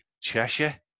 Cheshire